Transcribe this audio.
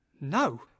No